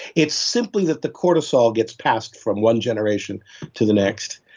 it's simply that the cortisol gets passed from one generation to the next.